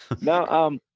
No